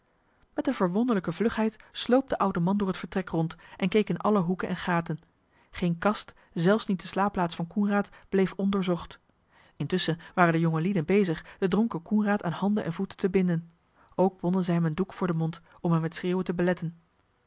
met eene verwonderlijke vlugheid sloop de oude man door het vertrek rond en keek in alle boeken en gaten geen kast zelfs niet de slaapplaats van coenraad bleef ondoorzocht intusschen waren de jongelieden bezig den dronken coenraad aan handen en voeten te binden ook bonden zij hem een doek voor den mond om hem het schreeuwen te beletten